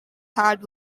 hard